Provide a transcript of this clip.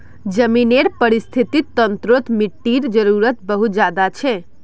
ज़मीनेर परिस्थ्तिर तंत्रोत मिटटीर जरूरत बहुत ज़्यादा छे